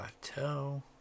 plateau